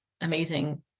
amazing